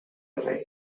rei